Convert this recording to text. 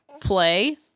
play